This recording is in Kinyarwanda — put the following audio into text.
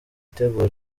itegura